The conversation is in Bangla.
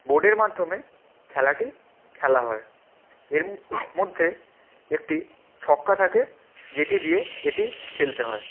বোর্ডের মাধ্যমে খেলাটি খেলা হয় এরকম মধ্যে একটি ছক্কা থাকে যেটি দিয়ে এটি খেলতে হয়